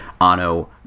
ano